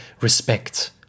respect